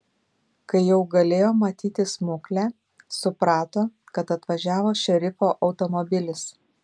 kai jau galėjo matyti smuklę suprato kad atvažiavo šerifo automobilis